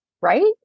right